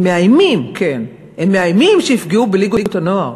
הם מאיימים, כן, הם מאיימים שיפגעו בליגות הנוער.